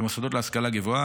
במוסדות להשכלה גבוהה.